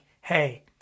hey